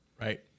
Right